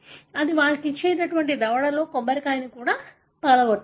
కాబట్టి వారు తమ దవడతో కొబ్బరికాయను కూడా పగలగొట్టవచ్చు